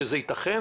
שזה ייתכן.